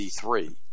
D3